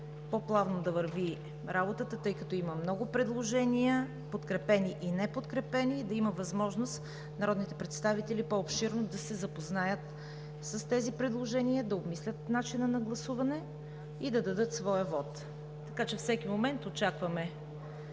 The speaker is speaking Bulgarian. по-плавно да върви работата, тъй като има много предложения – подкрепени и неподкрепени, и да има възможност народните представители по-обширно да се запознаят с тях, да обмислят начина на гласуване и да дадат своя вот. Всеки момент очакваме